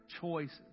choices